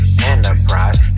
enterprise